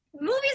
movies